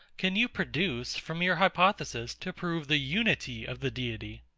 can you produce, from your hypothesis, to prove the unity of the deity?